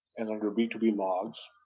and other b two b logs,